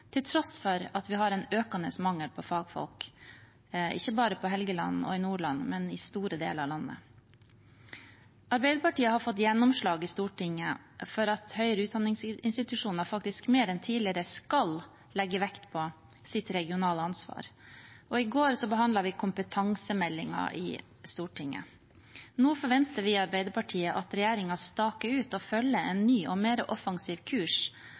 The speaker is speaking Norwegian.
til tross for at vi har en økende mangel på fagfolk – ikke bare på Helgeland og i Nordland, men i store deler av landet. Arbeiderpartiet har fått gjennomslag i Stortinget for at høyere utdanningsinstitusjoner faktisk mer enn tidligere skal legge vekt på sitt regionale ansvar. I går behandlet vi kompetansemeldingen i Stortinget. Nå forventer vi i Arbeiderpartiet at regjeringen staker ut, og følger, en ny og mer offensiv kurs